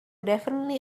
definitely